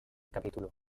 capítulo